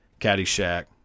Caddyshack